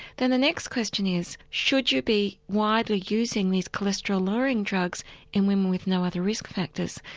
then the next question is should you be widely using these cholesterol lowering drugs in women with no other risk factors?